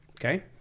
Okay